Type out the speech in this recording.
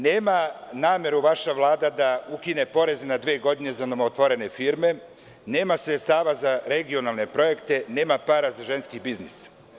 Nema nameru vaša Vlada da ukine porez na dve godine za novo otvorene firme, nema sredstava za regionalne projekte, nema para za ženski biznis.